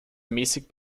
mäßig